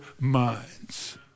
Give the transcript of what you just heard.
minds